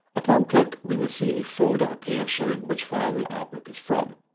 upon click we will see a folder appear showing which file the artwork is from.